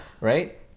right